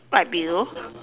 write below